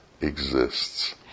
exists